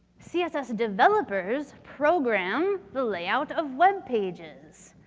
css developers program the layout of web pages.